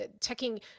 checking